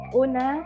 una